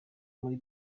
muri